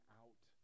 out